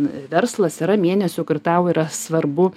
verslas yra mėnesių kur tau yra svarbu